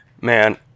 Man